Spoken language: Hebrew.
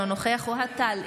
אינו נוכח אוהד טל,